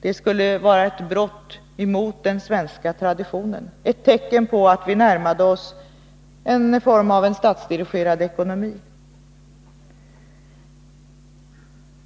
Det skulle vara ett brott mot den svenska traditionen, ett tecken på att vi närmade oss en statsdirigerad ekonomi.